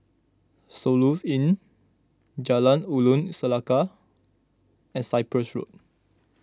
Soluxe Inn Jalan Ulu Seletar and Cyprus Road